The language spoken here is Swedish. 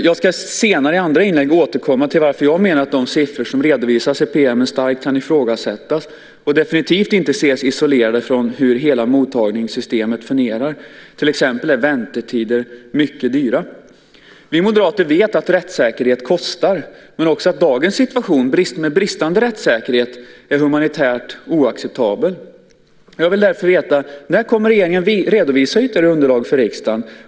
Jag ska i senare inlägg återkomma till varför jag menar att de siffror som redovisas i PM:en starkt kan ifrågasättas och definitivt inte kan ses isolerade från hur hela mottagningssystemet fungerar. Till exempel är väntetider mycket dyra. Vi moderater vet att rättssäkerhet kostar, men också att dagens situation med bristande rättssäkerhet är humanitärt oacceptabel. Jag vill därför veta: När kommer regeringen att redovisa ytterligare underlag för riksdagen?